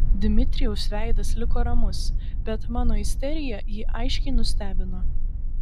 dmitrijaus veidas liko ramus bet mano isterija jį aiškiai nustebino